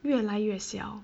越来越小